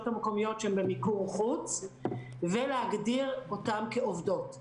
המקומיות שהן במיקור חוץ ולהגדיר אותן כעובדות.